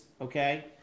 okay